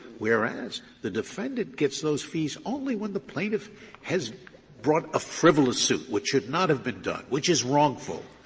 whereas the defendant gets those fees only when the plaintiff has brought a frivolous suit, which should not have been done, which is wrongful,